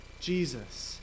Jesus